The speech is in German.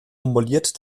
formuliert